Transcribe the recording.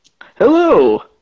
Hello